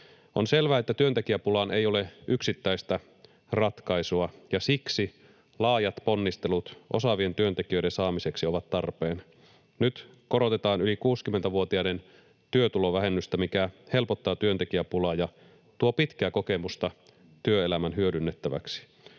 On selvää, että työntekijäpulaan ei ole yksittäistä ratkaisua, ja siksi laajat ponnistelut osaavien työntekijöiden saamiseksi ovat tarpeen. Nyt korotetaan yli 60‑vuotiaiden työtulovähennystä, mikä helpottaa työntekijäpulaa ja tuo pitkää kokemusta työelämän hyödynnettäväksi.